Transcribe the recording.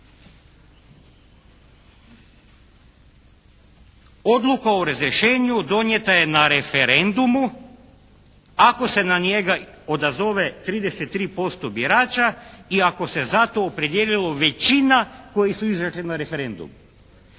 Odluka o razrješenju donijeta je na referendumu ako se na njega odazove 33% birača i ako se zato opredijelilo većina koji su izašli na referendum.